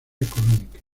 económica